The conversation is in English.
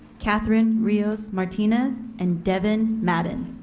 katherine rios martinez, and devon madden.